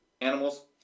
animals